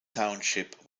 township